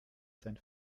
sein